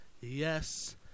yes